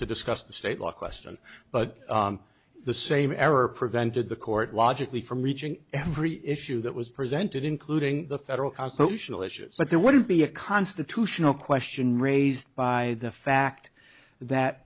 to discuss the state law question but the same error prevented the court logically from reaching every issue that was presented including the federal constitutional issues but there wouldn't be a constitutional question raised by the fact that